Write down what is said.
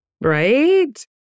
Right